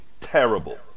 terrible